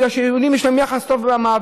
בגלל שהם יודעים שיש להם יחס טוב מהמעביד.